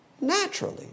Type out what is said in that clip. Naturally